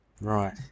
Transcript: Right